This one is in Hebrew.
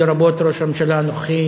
לרבות ראש הממשלה הנוכחי,